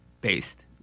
based